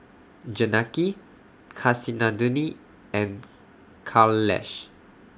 Janaki Kasinadhuni and Kailash